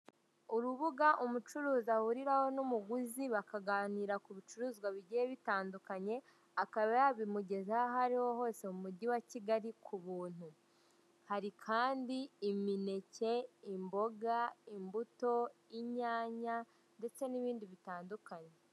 Urubuga umucuruzi ahuriraho n'umugizi bakaganira ku bicuruzwa bigiye bitandukanye, akaba yabimugezaho aho ari ho hose mu Mujyi wa Kigali ku buntu.